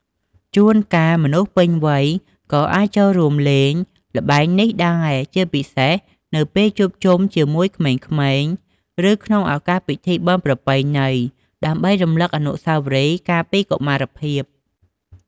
ជួនកាលមនុស្សពេញវ័យក៏អាចចូលរួមលេងល្បែងនេះដែរ ជាពិសេសនៅពេលជួបជុំគ្នាជាមួយក្មេងៗ ឬក្នុងឱកាសពិធីបុណ្យប្រពៃណី ដើម្បីរំលឹកអនុស្សាវរីយ៍កាលពីកុមារភាព។